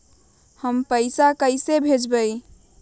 हम पैसा कईसे भेजबई?